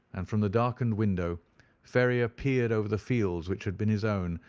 and from the darkened window ferrier peered over the fields which had been his own,